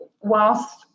whilst